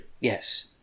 Yes